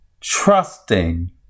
trusting